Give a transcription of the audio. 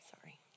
sorry